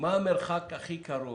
מה המרחק הכי קרוב